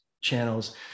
channels